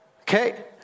Okay